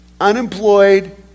unemployed